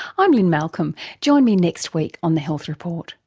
i'm lynne malcolm. join me next week on the health report